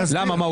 למה, מה?